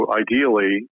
ideally